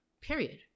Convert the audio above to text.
period